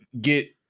get